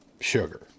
sugar